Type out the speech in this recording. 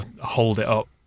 hold-it-up